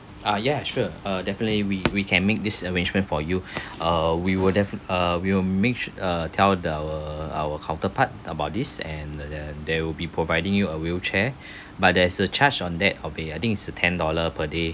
ah yeah sure uh definitely we we can make this arrangement for you uh we will defi~ uh we will make s~ uh tell the our our counterpart about this and then there will be providing you a wheelchair but there is a charge on that I think it's a ten dollar per day